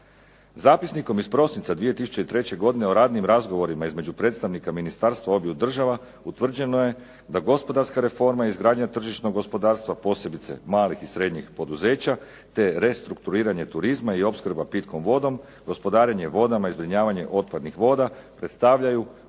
Zapisnikom iz prosinca iz 2003. godine o radnim sastancima između predstavnika ministarstva obju Država utvrđeno da je da gospodarska reforma, izgradnja tržišnog gospodarstva posebice malih i srednjih poduzeća, te restrukturiranje turizma i opskrba pitkom vodom, gospodarenje vodama i zbrinjavanje otpadnih voda predstavljaju osnovna